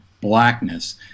blackness